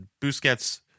Busquets